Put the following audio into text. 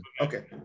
okay